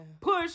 Push